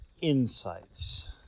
insights